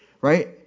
right